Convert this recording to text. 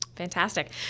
Fantastic